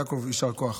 יעקב, יישר כוח.